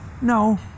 No